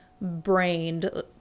brained